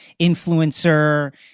influencer